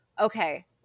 okay